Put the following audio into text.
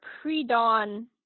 pre-dawn